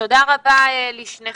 תודה רבה לשניכם.